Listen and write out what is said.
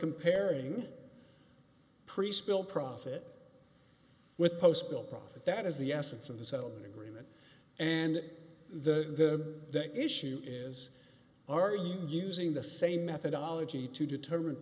comparing priests bill profit with postville profit that is the essence of the settlement agreement and that the issue is are you using the same methodology to determine